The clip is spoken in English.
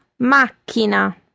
macchina